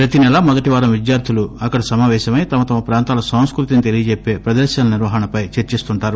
ప్రతినెలా మొదటివారం విద్యార్థులు అక్కడ సమావేశమై తమతమ ప్రాంతాల సంస్కృతిని తెలియజెప్పే ప్రదర్శనల నిర్వహణపై చర్చిస్తుంటారు